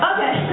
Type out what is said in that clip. Okay